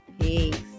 Peace